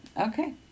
Okay